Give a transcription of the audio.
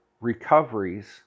recoveries